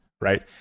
right